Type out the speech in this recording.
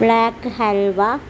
black halwa